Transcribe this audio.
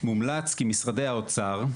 מומלץ כי משרדי האוצר,